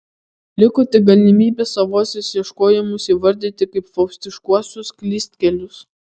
liko tik galimybė savuosius ieškojimus įvardyti kaip faustiškuosius klystkelius